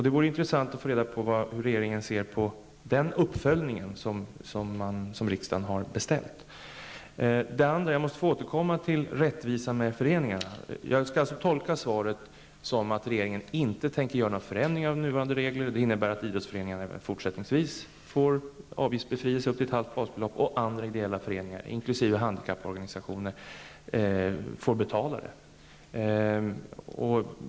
Det vore intressant att få reda på hur regeringen ser på den uppföljning som riksdagen har beställt. Jag måste få återkomma till rättvisan för föreningarna. Jag skall alltså tolka svaret så att regeringen inte tänker göra några förändringar av nuvarande regler, och det innebär att idrottsföreningarna även fortsättningsvis får avgiftsbefrielse upp till ett halvt basbelopp och att andra ideella föreningar, inkl. handikapporganisationerna, får betala.